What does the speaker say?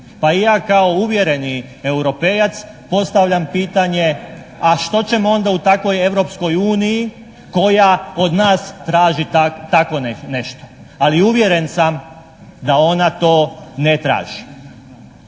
Pa i ja kao uvjereni Europejac postavljam pitanje a što ćemo onda u takvoj Europskoj uniji koja od nas traži takvo nešto? Ali uvjeren sam da ona to ne traži.